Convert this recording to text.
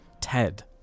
Ted